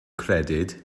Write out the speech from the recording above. credyd